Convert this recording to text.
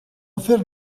fer